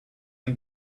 can